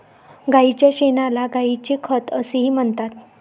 गायीच्या शेणाला गायीचे खत असेही म्हणतात